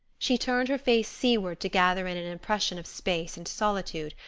she turned her face seaward to gather in an impression of space and solitude,